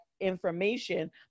information